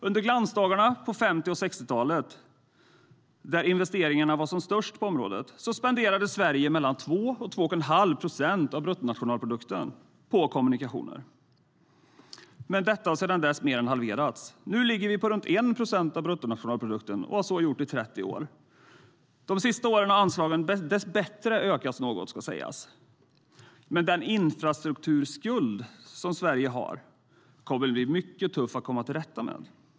Under glansdagarna på 50 och 60-talen, när investeringarna var som störst på området, spenderade Sverige mellan 2 och 2 1⁄2 procent av bruttonationalprodukten på kommunikationer, men de har sedan dess mer än halverats.